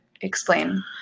explain